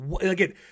again